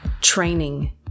training